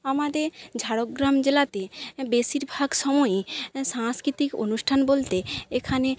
আমাদে ঝাড়গ্রাম জেলাতে বেশিরভাগ সময়ই সাংস্কৃতিক অনুষ্ঠান বলতে এখানে